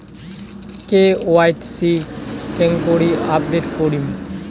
KYC কেঙ্গকরি update করিম?